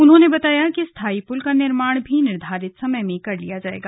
उन्होंने बताया कि स्थायी पुल का निर्माण भी निर्धारित समय में कर लिया जाएगा